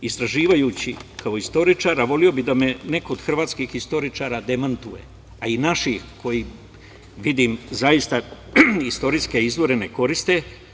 Istražujući kao istoričar, a voleo bih da me neko od hrvatskih istoričara demantuje, a i naši, koji, vidim, zaista istorijske izvore ne koriste.